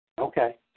Okay